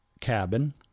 cabin